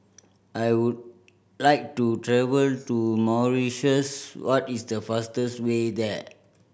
I would like to travel to Mauritius what is the fastest way there